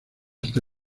está